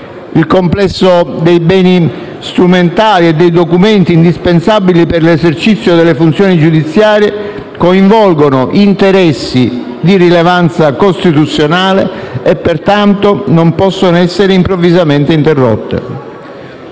Il complesso dei beni strumentali e dei documenti indispensabili per l'esercizio delle funzioni giudiziarie coinvolgono interessi di rilevanza costituzionale e, pertanto, non possono essere improvvisamente interrotti.